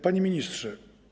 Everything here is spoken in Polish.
Panie Ministrze!